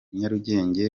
nyarugenge